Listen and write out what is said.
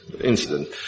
incident